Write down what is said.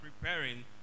preparing